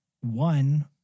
one